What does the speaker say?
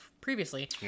previously